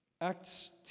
Acts